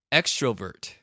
extrovert